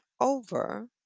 over